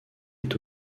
est